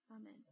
Amen